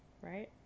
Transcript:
right